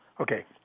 Okay